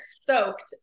soaked